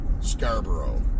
Scarborough